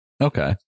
Okay